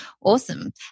awesome